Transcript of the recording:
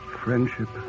friendship